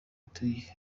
tuyi